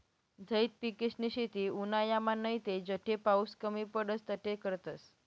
झैद पिकेसनी शेती उन्हायामान नैते जठे पाऊस कमी पडस तठे करतस